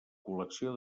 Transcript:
col·lecció